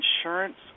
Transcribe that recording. insurance